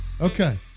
Okay